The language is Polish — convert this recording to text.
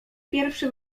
pierwszy